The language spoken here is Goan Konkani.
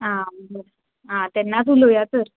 आं आं बरें आं तेन्नाच उलोव्या तर